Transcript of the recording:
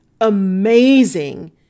amazing